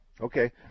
Okay